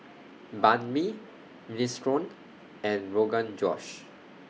Banh MI Minestrone and Rogan Josh